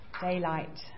daylight